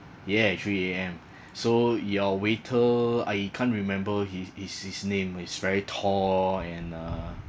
yeah three A_M so your waiter I can't remember his his his name he's very tall and uh